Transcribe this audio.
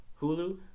Hulu